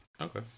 Okay